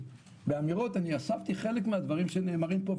באמירות ואספתי חלק מהדברים שנאמרים פה,